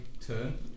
turn